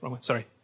Sorry